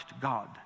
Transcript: God